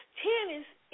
tennis